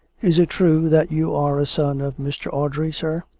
is it true that you are a son of mr. audrey, sir